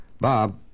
Bob